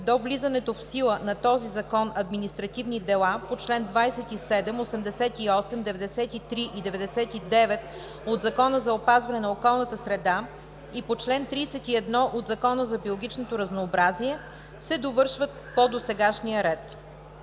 до влизането в сила на този закон административни дела по чл. 27, 88, 93 и 99 от Закона за опазване на околната среда и по чл. 31 от Закона за биологичното разнообразие се довършват по досегашния ред.“